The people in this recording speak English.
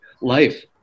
life